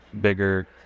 bigger